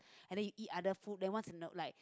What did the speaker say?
and then you eat other food then once in a like